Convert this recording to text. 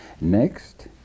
Next